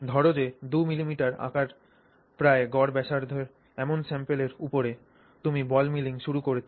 ধর যে 2 মিলিমিটার আকার প্রায় গড় ব্যাসার্ধ এমন স্যাম্পলের উপরে তুমি বল মিলিং শুরু করেছ